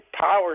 power